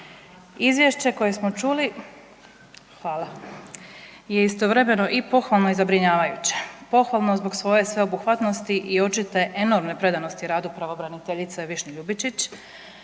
Izvješće koje smo čuli, hvala, je istovremeno i pohvalno i zabrinjavajuće. Pohvalno zbog svoje sveobuhvatnosti i očite enormne predanosti radu pravobraniteljice Višnje Ljubičić,